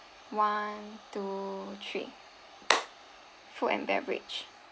one two three food and beverage